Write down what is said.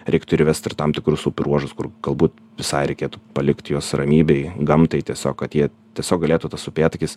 reiktų ir įvest ir tam tikrus upių ruožus kur galbūt visai reikėtų palikti juos ramybėj gamtai tiesiog kad jie tiesiog galėtų tas upėtakis